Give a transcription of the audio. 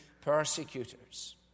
persecutors